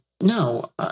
No